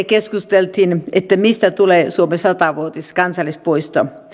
keskustelimme mistä tulee suomen sata vuotiskansallispuisto